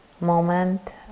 moment